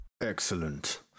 excellent